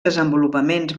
desenvolupaments